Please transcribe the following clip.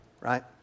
Right